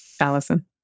Allison